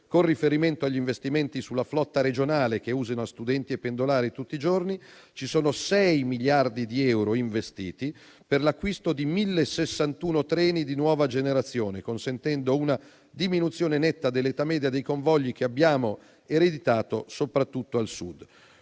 con riferimento agli investimenti sulla flotta regionale che usano studenti e pendolari tutti i giorni, ci sono 6 miliardi di euro investiti per l'acquisto di 1.061 treni di nuova generazione, consentendo una diminuzione netta dell'età media dei convogli che abbiamo ereditato, soprattutto al Sud.